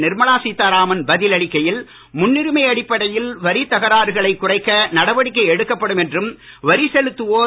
நிர்மலா சீத்தாராம் பதில் அளிக்கையில் முன்னுரிமை அடிப்படையில் வரித் தகராறுகளைக் குறைக்க நடவடிக்கை எடுக்கப்படும் என்றும் வரி செலுத்துவோர்